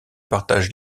partage